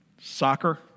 soccer